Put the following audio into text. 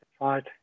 right